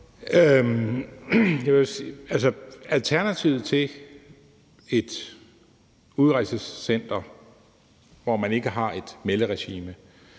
alternativet til et udrejsecenter, hvor man ikke har et melderegime,